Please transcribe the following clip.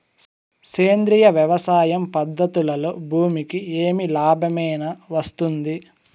సేంద్రియ వ్యవసాయం పద్ధతులలో భూమికి ఏమి లాభమేనా వస్తుంది?